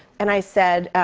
and i said,